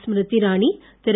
Smriti Irani Thiru